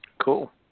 cool